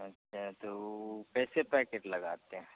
अच्छा तो ऊ कैसे पैकेट लगाते हैं